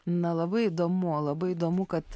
na labai įdomu labai įdomu kad